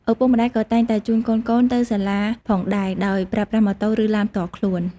ឪពុកម្តាយក៏តែងតែជូនកូនៗទៅសាលាផងដែរដោយប្រើប្រាស់ម៉ូតូឬឡានផ្ទាល់ខ្លួន។